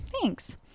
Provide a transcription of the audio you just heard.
Thanks